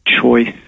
choice